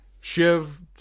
Shiv